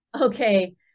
okay